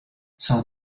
son